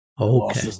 Okay